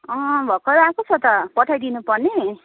अँ भर्खर आएको छ त पठाइदिनुपर्ने